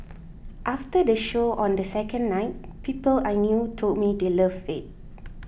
after the show on the second night people I knew told me they loved it